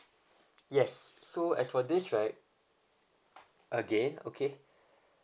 yes so as for this right again okay